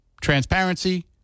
transparency